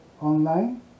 online